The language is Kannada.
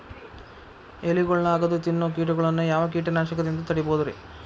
ಎಲಿಗೊಳ್ನ ಅಗದು ತಿನ್ನೋ ಕೇಟಗೊಳ್ನ ಯಾವ ಕೇಟನಾಶಕದಿಂದ ತಡಿಬೋದ್ ರಿ?